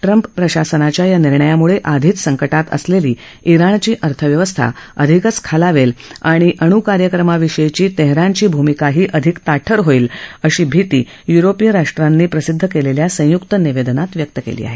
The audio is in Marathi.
ट्रम्प प्रशासनाच्या या निर्णयामुळे आधीच संकटात असलेली जुणची अर्थव्यवस्था अधिकच खालावेल आणि अणुकार्यक्रमाविषयीची तेहरानची भूमिकाही अधिक ताठर होईल अशी भिती युरोपीय राष्ट्रांनी प्रसिद्ध केलेल्या संयुक्त निवेदनात व्यक्त केली आहे